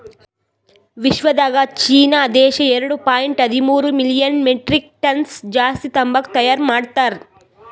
ವಿಶ್ವದಾಗ್ ಚೀನಾ ದೇಶ ಎರಡು ಪಾಯಿಂಟ್ ಹದಿಮೂರು ಮಿಲಿಯನ್ ಮೆಟ್ರಿಕ್ ಟನ್ಸ್ ಜಾಸ್ತಿ ತಂಬಾಕು ತೈಯಾರ್ ಮಾಡ್ತಾರ್